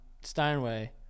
Steinway